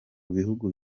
bihugu